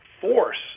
force